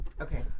Okay